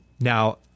Now